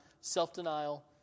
self-denial